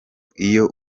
iyo